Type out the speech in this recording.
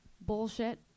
bullshit